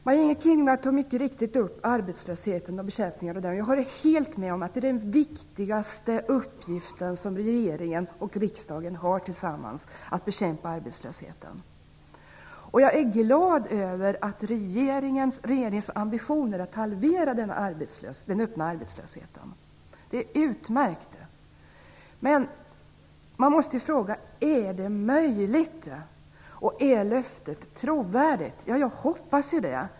Maj-Inger Klingvall tog mycket riktigt upp bekämpningen av arbetslösheten, och jag håller helt med om att det är den viktigaste uppgift som regeringen och riksdagen har tillsammans. Jag är glad över regeringens ambition att halvera den öppna arbetslösheten. Det är utmärkt. Men man måste fråga: Är det möjligt att genomföra, och är löftet trovärdigt? Jag hoppas det.